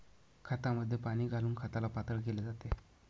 खतामध्ये पाणी घालून खताला पातळ केले जाते